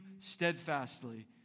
steadfastly